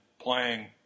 playing